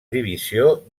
divisió